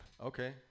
Okay